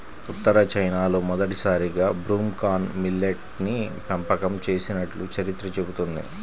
ఉత్తర చైనాలో మొదటిసారిగా broom corn millet ని పెంపకం చేసినట్లు చరిత్ర చెబుతున్నది